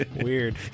Weird